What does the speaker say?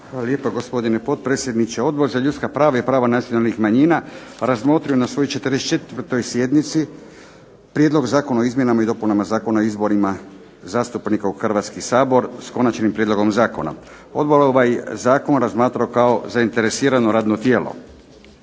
lijepa gospodine potpredsjedniče. Odbor za ljudska prava i prava nacionalnih manjina razmotrio je na svojoj 44. sjednici Prijedlog zakona o izmjena i dopunama Zakona o izborima zastupnika u Hrvatski sabor s Konačnim prijedlogom Zakona. Odbor je ovaj zakon razmatrao kao zainteresirano radno tijelo.